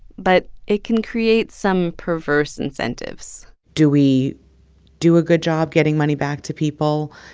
but it can create some perverse incentives do we do a good job getting money back to people,